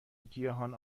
گیاهان